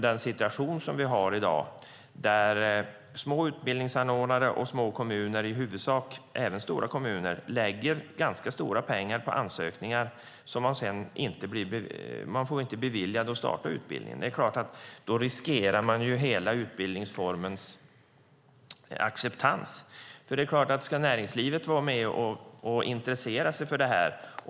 Den situation vi har i dag är att små utbildningsanordnare och i huvudsak små kommuner, och även stora kommuner, lägger ganska stora pengar på ansökningar. De blir sedan inte beviljade att starta utbildningen. Då riskerar man hela utbildningsformens acceptans. Det handlar om att näringslivet ska vara med och intressera sig för detta.